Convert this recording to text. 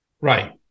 right